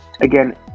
again